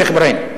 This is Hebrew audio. שיח' אברהים,